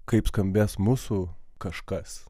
kaip skambės mūsų kažkas